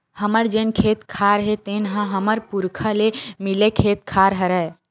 हमर जेन खेत खार हे तेन ह हमर पुरखा ले मिले खेत खार हरय